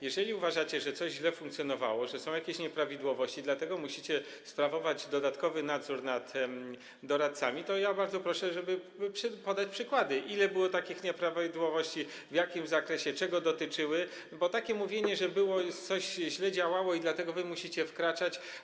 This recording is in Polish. Jeżeli uważacie, że coś źle funkcjonowało, że są jakieś nieprawidłowości, i dlatego musicie sprawować dodatkowy nadzór nad doradcami, to bardzo proszę podać przykłady, ile było takich nieprawidłowości, w jakim zakresie, czego one dotyczyły, bo takie mówienie, że coś źle działało i dlatego wy musicie wkraczać.